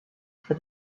for